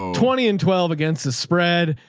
twenty and twelve against the spread,